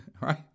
right